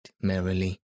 merrily